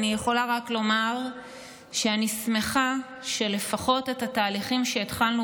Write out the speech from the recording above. אני רק יכולה לומר שאני שמחה שלפחות את התהליכים שהתחלנו